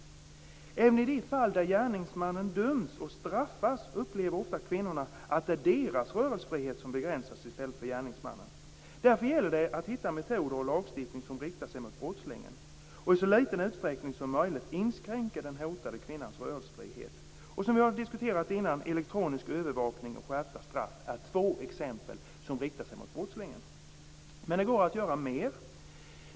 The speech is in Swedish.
Även i de fall där gärningsmannen döms och straffas upplever ofta kvinnorna att det är deras rörelsefrihet som begränsas i stället för gärningsmannens. Därför gäller det att hitta metoder och lagstiftning som riktar sig mot brottslingen och i så liten utsträckning som möjligt inskränker den hotade kvinnans rörelsefrihet. Vi har redan diskuterat elektronisk övervakning och skärpta straff. Det är två exempel som riktar sig mot brottslingen. Men det går att göra mer.